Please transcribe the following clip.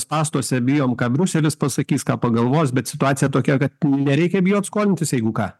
spąstuose bijom ką briuselis pasakys ką pagalvos bet situacija tokia kad nereikia bijot skolintis jeigu ką